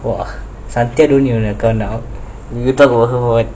!wah! talk about her all